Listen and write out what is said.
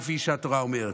כפי שהתורה אומרת.